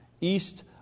East